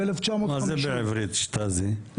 מה זה בעברית שטאזי?